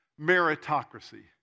meritocracy